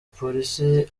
polisi